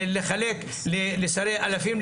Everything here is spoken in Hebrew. לחלק לשרי אלפים,